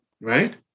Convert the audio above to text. right